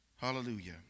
Hallelujah